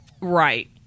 Right